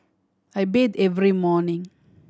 I bathe every morning